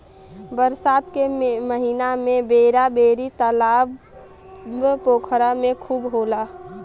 बरसात के महिना में बेरा बेरी तालाब पोखरा में खूब होला